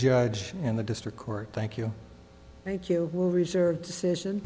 judge in the district court thank you thank you will reserve decision